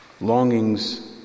Longings